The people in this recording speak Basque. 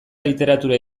literatura